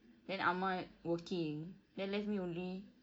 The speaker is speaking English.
then ahmad working then left me only